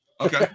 Okay